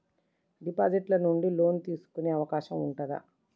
Deposit ల నుండి loan తీసుకునే అవకాశం ఉంటదా?